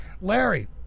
larry